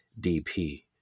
DP